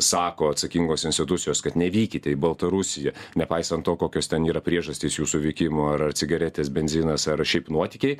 sako atsakingos institucijos kad nevykite į baltarusiją nepaisant to kokios ten yra priežastys jūsų vykimo ar ar cigaretės benzinas ar šiaip nuotykiai